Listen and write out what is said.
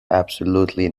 absolutely